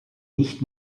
nicht